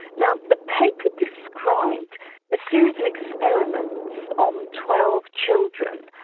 now the paper described a series of experiments on twelve children,